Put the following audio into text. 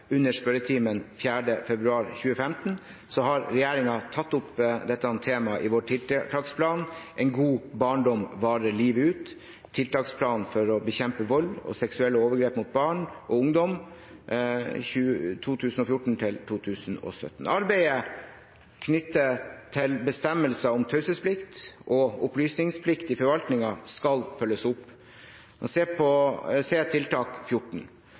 under spørretimen 4. februar 2015, har regjeringen tatt opp dette temaet i vår tiltaksplan «En god barndom varer livet ut, Tiltaksplan for å bekjempe vold og seksuelle overgrep mot barn og ungdom Arbeidet knyttet til bestemmelser om taushetsplikt og opplysningsplikt i forvaltningen skal følges opp, se tiltak nr. 14.